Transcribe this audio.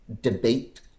debate